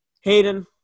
Hayden